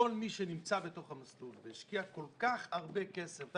כל מי שנמצא בתוך המסלול והשקיע כל כך הרבה כסף וזה